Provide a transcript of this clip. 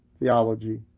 theology